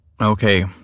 Okay